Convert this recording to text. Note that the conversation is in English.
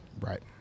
Right